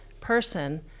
person